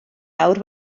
awr